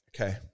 Okay